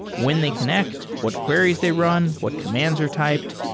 when they connect? what queries they run? what commands are typed?